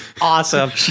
awesome